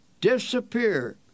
disappear